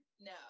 No